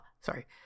sorry